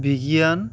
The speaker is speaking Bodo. बिगियान